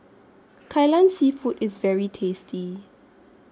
Kai Lan Seafood IS very tasty